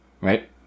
Right